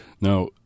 Now